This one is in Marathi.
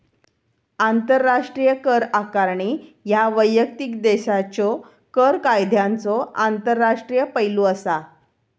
आंतरराष्ट्रीय कर आकारणी ह्या वैयक्तिक देशाच्यो कर कायद्यांचो आंतरराष्ट्रीय पैलू असा